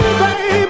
baby